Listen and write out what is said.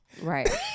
Right